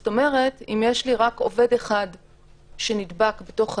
זאת אומרת, אם יש לי רק עובד אחד שנדבק בתוך חנות,